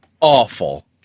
awful